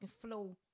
flow